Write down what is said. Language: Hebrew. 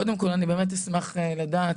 קודם כל אני באמת אשמח לדעת,